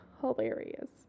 hilarious